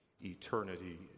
eternity